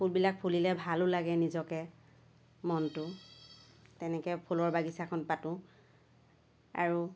ফুলবিলাক ফুলিলে ভালোঁ লাগে নিজকে মনটো তেনেকৈ ফুলৰ বাগিছাখন পাতোঁ আৰু